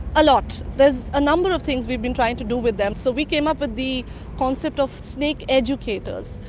a lot. there's a number of things we've been trying to do with them. so we came up with the concept of snake educators,